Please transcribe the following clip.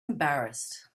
embarrassed